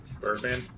Birdman